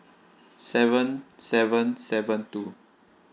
seven seven seven two